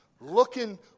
looking